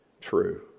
true